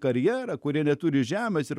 karjerą kurie neturi žemės ir